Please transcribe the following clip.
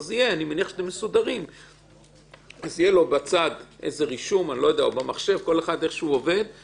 אז יהיה לו בצד רישום על כל תיק,